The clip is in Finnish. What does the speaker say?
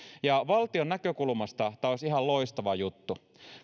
valtion näkökulmasta tämä olisi ihan loistava juttu